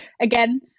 again